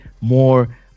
more